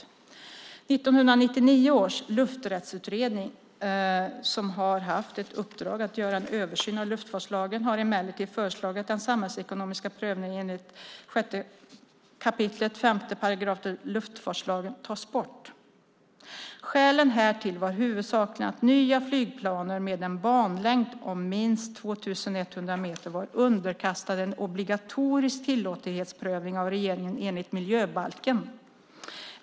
1999 års lufträttsutredning, som har haft ett uppdrag att göra en översyn av luftfartslagen, har emellertid föreslagit att den samhällsekonomiska prövningen enligt 6 kap. 5 § luftfartslagen tas bort. Skälen härtill var huvudsakligen att nya flygplatser med en banlängd av minst 2 100 meter var underkastade en obligatorisk tillåtlighetsprövning av regeringen enligt miljöbalken.